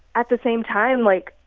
at the same time, like,